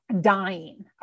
dying